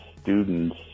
student's